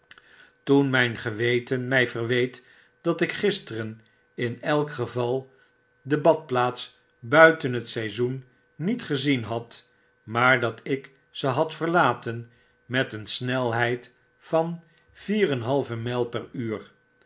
toen myn geweten my verweet dat ik gisteren in elk geval de badplaats buiten het seizoen niet gezien had maar dat ik ze had verlaten met een snelheid van vier en een halve myl per uur